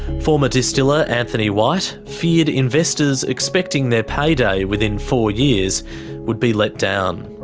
former distiller anthony white feared investors expecting their payday within four years would be let down.